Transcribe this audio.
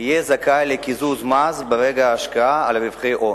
יהיה זכאי לקיזוז מס ברגע ההשקעה על רווחי הון.